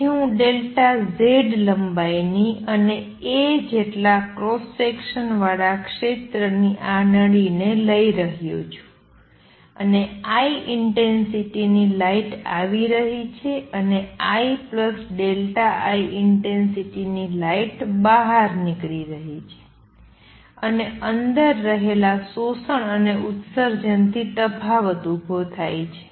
તેથી હું Z લંબાઈની અને a જેટલા ક્રોસ સેક્શન વાળા ક્ષેત્રની આ નળીને લઈ રહ્યો છું અને I ઇંટેંસિટીની લાઇટ આવી રહી છે અને IΔI ઇંટેંસિટીની લાઇટ બહાર નીકળી રહી છે અને અંદર રહેલા શોષણ અને ઉત્સર્જનથી તફાવત ઉભો થાય છે